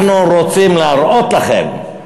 אנחנו רוצים להראות לכם.